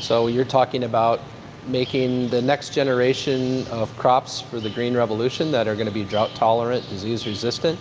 so you're talking about making the next generation of crops for the green revolution, that are going to be drought-tolerant, disease-resistant